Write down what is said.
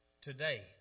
today